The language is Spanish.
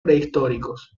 prehistóricos